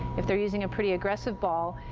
if they're using a pretty aggressive ball,